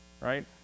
Right